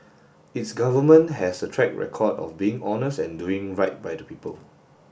its Government has a track record of being honest and doing right by the people